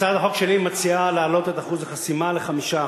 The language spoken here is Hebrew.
הצעת החוק שלי היא להעלות את אחוז החסימה ל-5%.